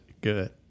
good